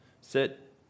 sit